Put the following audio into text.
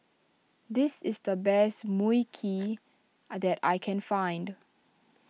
this is the best Mui Kee that I can find